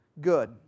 good